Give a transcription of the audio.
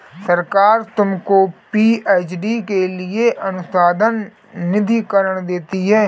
सरकार तुमको पी.एच.डी के लिए अनुसंधान निधिकरण देगी